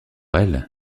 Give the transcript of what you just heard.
elles